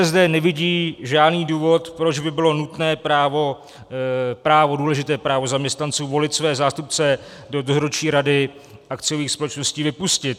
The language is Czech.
ČSSD nevidí žádný důvod, proč by bylo nutné právo, důležité právo zaměstnanců volit své zástupce do dozorčí rady akciových společností vypustit.